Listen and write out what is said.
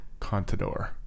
Contador